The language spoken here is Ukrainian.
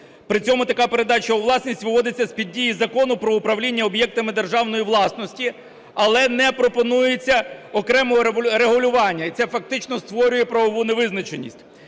Причому така передача у власність виводиться з-під дії Закону "Про управління об'єктами державної власності", але не пропонується окремого регулювання. І це фактично створює правову невизначеність.